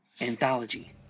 Anthology